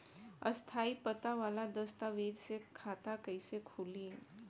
स्थायी पता वाला दस्तावेज़ से खाता कैसे खुली?